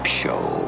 show